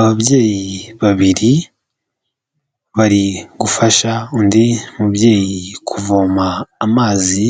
Abyeyi babiri bari gufasha undi mubyeyi kuvoma amazi,